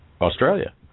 Australia